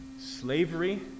Slavery